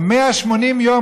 זה 180 יום,